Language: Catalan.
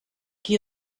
qui